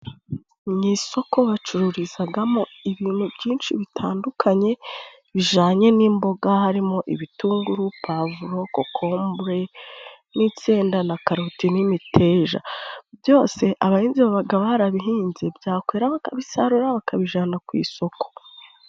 Mu isoko bacururizagamo ibintu byinshi bitandukanye bijanye n'imboga harimo: ibitunguru , pavuro ,kokombure n'insenda na karoti n'imiteja, byose abahinzi babagaba barabihinze byakwera bakabisarura bakabijana ku isoko.